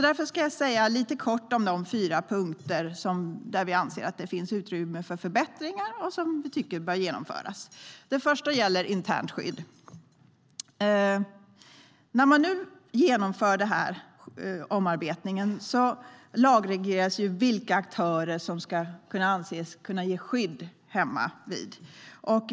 Därför ska jag tala lite kort om de fyra punkter där vi anser att det finns utrymme för förbättringar och som vi tycker bör genomföras. Det första gäller internt skydd. När man nu gör denna omarbetning lagregleras vilka aktörer som anses kunna ge skydd hemmavid.